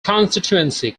constituency